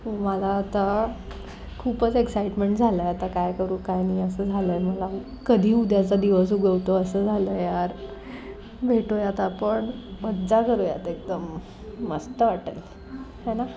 मला आता खूपच एक्साईटमेंट झालं आहे आता काय करू काय नाही असं झालं आहे मला कधी उद्याचा दिवस उगवतो असं झालं यार भेटूयात आपण मज्जा करूयात एकदम मस्त वाटेल है ना